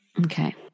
Okay